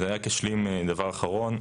רק אשלים דבר אחרון.